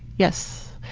yes.